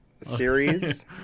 series